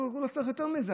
הוא לא צריך יותר מזה.